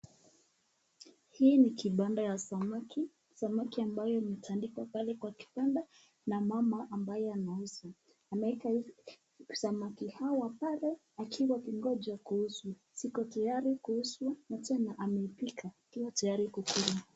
Hii ni kibanda ya samaki. Samaki ambayo imetandikwa pale kwa kibanda na mama ambaye anauza. Ameweka samaki hawa pale akingoja kuuza. Ziko tayari kuuzwa na tena ameipika ili kuwa tayari kukulwa.